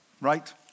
Right